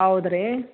ಹೌದ್ ರೀ